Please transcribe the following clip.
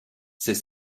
c’est